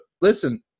listen